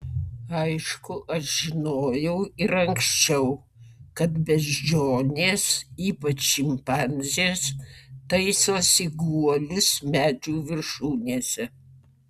aišku aš žinojau ir anksčiau kad beždžionės ypač šimpanzės taisosi guolius medžių viršūnėse